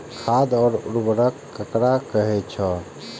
खाद और उर्वरक ककरा कहे छः?